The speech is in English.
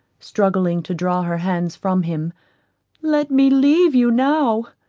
struggling to draw her hands from him let me leave you now.